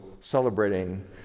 celebrating